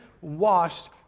washed